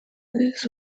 lose